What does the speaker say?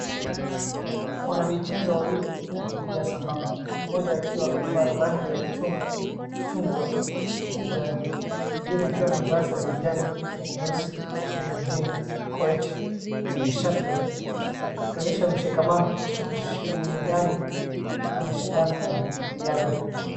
Wanamichezo wawili wanakimbia sambamba, mmoja akiwa amevaa rangi ya chungwa na njano, mwingine akiwa na vazi la kijani na nyeusi lenye jina Koech kwenye shati lake, wakionyesha mshikamano na ushindani katika mashindano ya riadha.